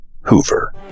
Hoover